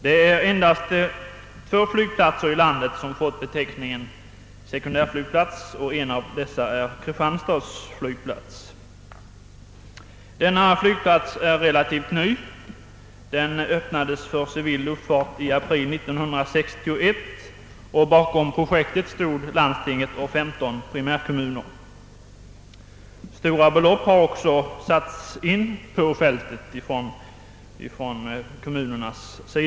Det är endast två flygplatser i landet som har fått beteckningen sekundärflygplatser och en av dem är Kristianstads flygplats. Den är relativt ny — den öppnades för civil luftfart i april 1961. Bakom detta projekt stod landstinget och femton primärkommuner. Stora belopp har satts in av kommunerna.